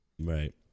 right